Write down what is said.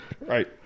Right